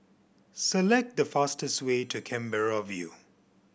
select the fastest way to Canberra View